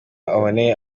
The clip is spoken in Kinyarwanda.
aboneye